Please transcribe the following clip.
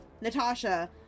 Natasha